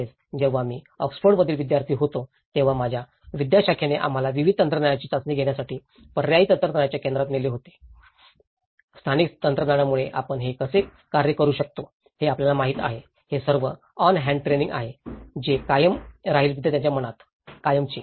तसेच जेव्हा मी ऑक्सफोर्डमध्ये विद्यार्थी होतो तेव्हा माझ्या विद्याशाखाने आम्हाला विविध तंत्रज्ञानाची चाचणी घेण्यासाठी पर्यायी तंत्रज्ञानाच्या केंद्रात नेले आहे स्थानिक तंत्रज्ञानामुळे आपण हे कसे कार्य करू शकतो हे आपल्याला माहित आहे हे सर्व ऑन हॅन्ड ट्रैनिंग आहे जे कायम राहील विद्यार्थ्यांच्या मनात कायमचे